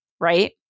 Right